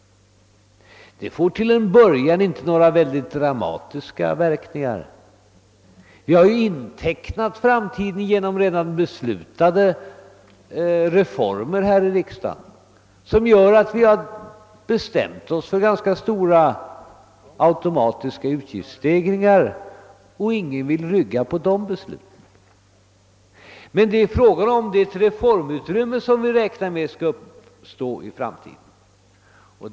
Det får till en början inte några särskilt dramatiska verkningar. Vi har intecknat framtiden genom här i riksdagen redan beslutade reformer. Detta har medfört att vi bestämt oss för ganska stora automatiska utgiftsstegringar. Ingen vill rucka på de besluten. Men här är det fråga om det reformutrymme som vi räknar med skall uppstå i framtiden.